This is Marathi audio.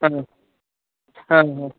हां हां हां हां हां